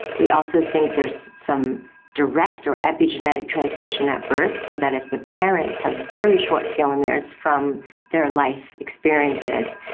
we also think there's some direct or epigenetic transmission at birth, so that if the parents have very short telomeres from their life experiences,